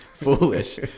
Foolish